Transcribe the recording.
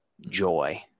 joy